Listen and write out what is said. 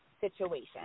situation